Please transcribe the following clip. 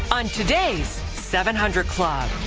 on today's seven hundred club.